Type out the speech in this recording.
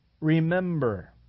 remember